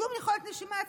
שום יכולת נשימה עצמונית.